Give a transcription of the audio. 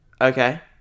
Okay